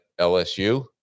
LSU